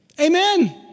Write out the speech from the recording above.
Amen